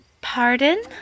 Pardon